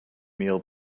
meal